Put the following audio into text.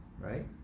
Right